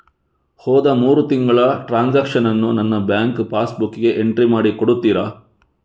ಹೋದ ಮೂರು ತಿಂಗಳ ಟ್ರಾನ್ಸಾಕ್ಷನನ್ನು ನನ್ನ ಬ್ಯಾಂಕ್ ಪಾಸ್ ಬುಕ್ಕಿಗೆ ಎಂಟ್ರಿ ಮಾಡಿ ಕೊಡುತ್ತೀರಾ?